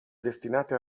destinate